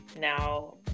now